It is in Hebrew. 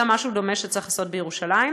משהו דומה צריך לעשות בירושלים.